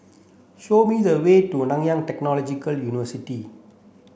show me the way to Nanyang Technological University